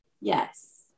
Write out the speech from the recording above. Yes